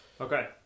Okay